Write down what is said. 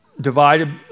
divided